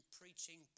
preaching